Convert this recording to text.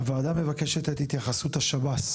הוועדה מבקשת את התייחסות השב"ס,